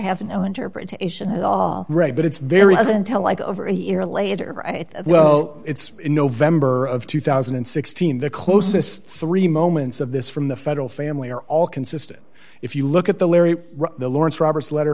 no interpretation at all right but it's very doesn't tell like over a year later right well it's in november of two thousand and sixteen the closest three moments of this from the federal family are all consistent if you look at the larry lawrence roberts letter